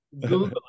Google